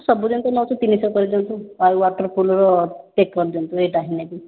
ସବୁଦିନ ତ ନେଉଛୁ ତିନିଶହ କରିଦିଅନ୍ତୁ ଆଉ ୱାଟର ପ୍ରୁଫର ପ୍ୟାକ କରିଦିଅନ୍ତୁ ଏହିଟା ହିଁ ନେବି